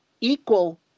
equal